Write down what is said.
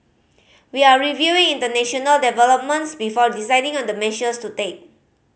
we are reviewing international developments before deciding on the measures to take